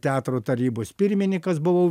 teatro tarybos pirminikas buvau vien